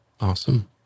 Awesome